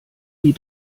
die